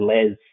Les